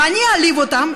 ואני אעליב אותם,